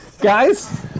GUYS